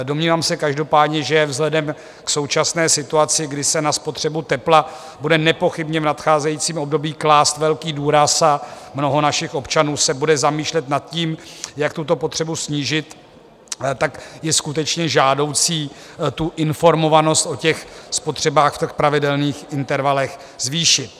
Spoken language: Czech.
Domnívám se každopádně, že vzhledem k současné situaci, kdy se na spotřebu tepla bude nepochybně v nadcházejícím období klást velký důraz, a mnoho našich občanů se bude zamýšlet nad tím, jak tuto spotřebu snížit, je skutečně žádoucí informovanost o spotřebách v těch pravidelných intervalech zvýšit.